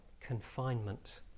confinement